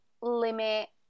limit